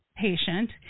Patient